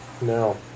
no